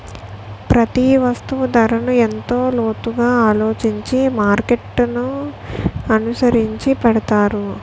ప్రతి వస్తువు ధరను ఎంతో లోతుగా ఆలోచించి మార్కెట్ననుసరించి పెడతారు